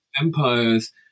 Empires